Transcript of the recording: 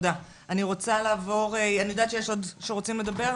אני יודעת שיש עוד שרוצים לדבר,